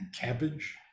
cabbage